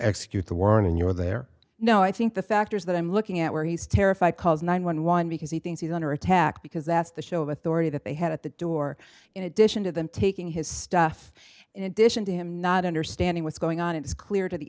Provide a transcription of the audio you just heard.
execute the warrant and you were there know i think the factors that i'm looking at where he's terrified calls nine one one because he thinks he's under attack because that's the show of authority that they had at the door in addition to them taking his stuff in addition to him not understanding what's going on it's clear to the